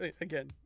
again